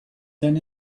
then